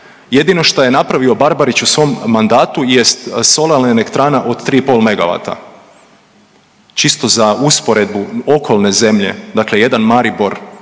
Jedino što je napravio Barbarić u svom mandatu jest solarna elektrana od 3,5 MW. Čisto za usporedbu, okolne zemlje, dakle jedan Maribor